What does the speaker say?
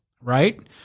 Right